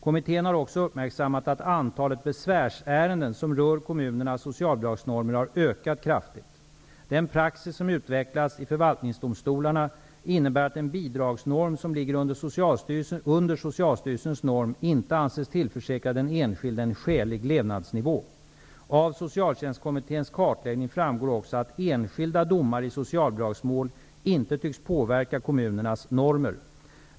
Kommittén har också uppmärksammat att antalet besvärsärenden som rör kommunernas socialbidragsnormer har ökat kraftigt. Den praxis som utvecklats i förvaltningsdomstolarna innebär att en bidragsnorm som ligger under Socialstyrelsens norm inte anses tillförsäkra den enskilde en skälig levnadsnivå. Av Socialtjänstkommitténs kartläggning framgår också att enskilda domar i socialbidragsmål inte tycks påverka kommunernas normer.